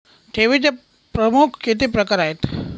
ठेवीचे प्रमुख किती प्रकार आहेत?